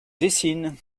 dessine